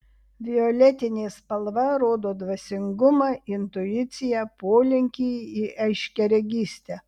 violetinė spalva rodo dvasingumą intuiciją polinkį į aiškiaregystę